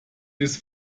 des